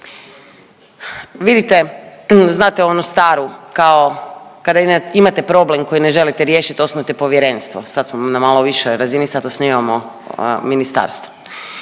Vidite, znate onu staru, kao kada imate problem koji ne želite riješit, osnujete povjerenstvo. Sad smo na malo višoj razini, sad osnivamo ministarstvo.